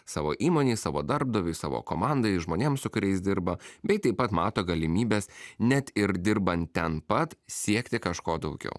savo įmonei savo darbdaviui savo komandai žmonėm su kuriais dirba bei taip pat mato galimybes net ir dirbant ten pat siekti kažko daugiau